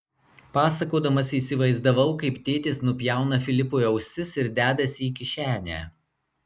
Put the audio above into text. pasakodamas įsivaizdavau kaip tėtis nupjauna filipui ausis ir dedasi į kišenę